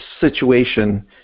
situation